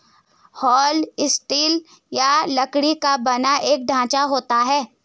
हल स्टील या लकड़ी का बना एक ढांचा होता है